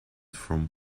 from